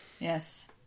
Yes